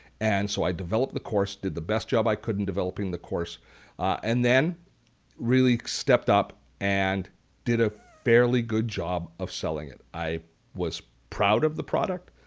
and so i developed the course, did the best job i could in developing the course and then really stepped up and did a fairly good job of selling it. i was proud of the product.